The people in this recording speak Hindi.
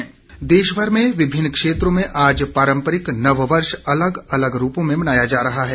नववर्ष देशभर में विभिन्न क्षेत्रों में आज पारम्परिक नव वर्ष अलग अलग रूपों में मनाया जा रहा है